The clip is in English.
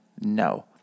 no